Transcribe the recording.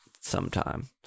sometime